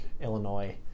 Illinois